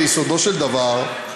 ביסודו של דבר,